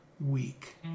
week